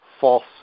false